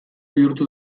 bihurtu